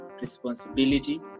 responsibility